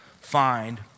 find